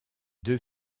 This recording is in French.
deux